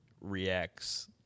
reacts